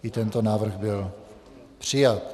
I tento návrh byl přijat.